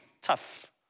tough